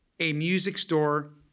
a music store,